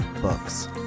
books